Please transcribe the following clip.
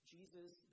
Jesus